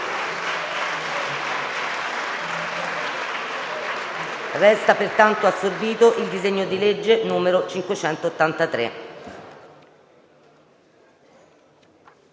Risulta pertanto assorbito il disegno di legge n. 583.